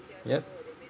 yup